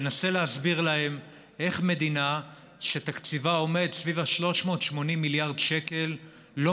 ותנסה להסביר להם איך מדינה שתקציבה הוא סביב ה-380 מיליארד שקל לא